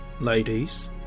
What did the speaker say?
ladies